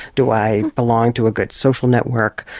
do i belong to a good social network,